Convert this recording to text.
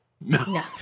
no